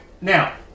now